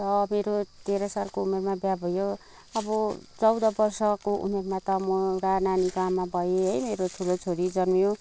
र मेरो तेह्र सालको उमेरमा बिहे भयो अब चौँध वर्षको उमेरमा त म एउटा नानीको आमा भएँ है मेरो ठुलो छोरी जन्मियो